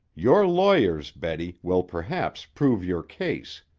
your lawyers, betty, will perhaps prove your case.